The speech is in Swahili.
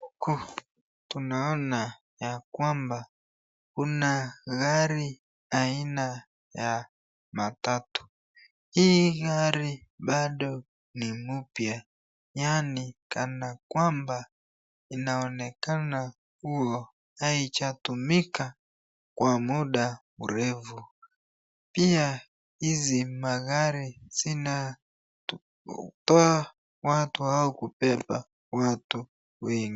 Huku tunaona kuna gari aina ya matatu, hii gari bado ni moya yaani kana kwamba inaonekana kuwa haijatumika kwa muda murefu, pia hizi magari inatoa au kubeba watu wengi.